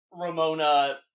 Ramona